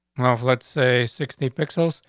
well, let's say sixty pixels.